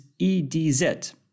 EDZ